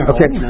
Okay